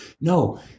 No